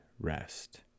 rest